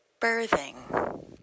birthing